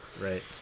Right